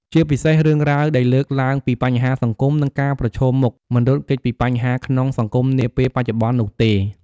ជាពិសេសរឿងរ៉ាវដែលលើកឡើងពីបញ្ហាសង្គម និងការប្រឈមមុខមិនរត់គេចពីបញ្ហាក្នុងសង្គមនាពេលបច្ចុប្បន្ននោះទេ ។